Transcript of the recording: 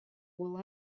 will